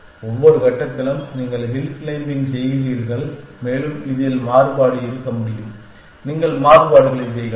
ஒவ்வொரு கட்டத்திலும் நீங்கள் ஹில் க்ளைம்பிங் செய்கிறீர்கள் மேலும் இதில் மாறுபாடு இருக்க முடியும் நீங்கள் மாறுபாடுகளைச் செய்யலாம்